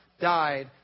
died